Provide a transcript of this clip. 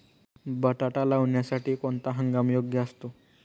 बटाटा लावण्यासाठी कोणता हंगाम योग्य असतो?